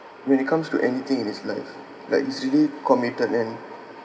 when it comes to anything in his life like he's really committed and